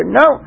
no